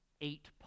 eight